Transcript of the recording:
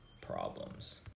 problems